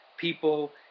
people